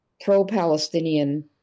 pro-Palestinian